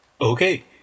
okay